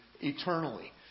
eternally